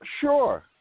Sure